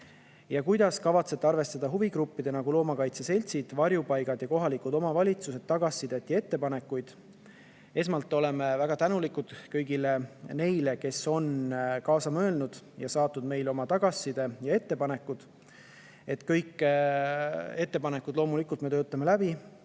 "Kuidas kavatsete arvestada huvigruppide, nagu loomakaitseseltsid, varjupaigad ja kohalikud omavalitsused, tagasisidet ja ettepanekuid?" Esmalt, oleme väga tänulikud kõigile neile, kes on kaasa mõelnud ja saatnud meile oma tagasisidet ja ettepanekuid. Kõik ettepanekud loomulikult me töötame läbi,